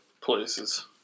places